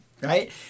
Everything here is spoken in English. right